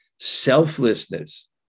selflessness